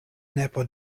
nepo